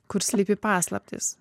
kur slypi paslaptys